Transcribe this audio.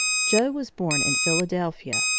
joe was born in philadelphia,